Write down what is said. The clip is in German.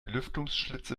lüftungsschlitze